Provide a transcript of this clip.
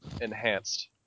enhanced